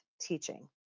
teaching